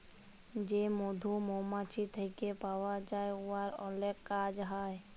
যে মধু মমাছি থ্যাইকে পাউয়া যায় উয়ার অলেক কাজ হ্যয়